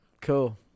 cool